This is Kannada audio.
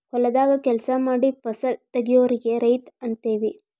ಹೊಲದಾಗ ಕೆಲಸಾ ಮಾಡಿ ಫಸಲ ತಗಿಯೋರಿಗೆ ರೈತ ಅಂತೆವಿ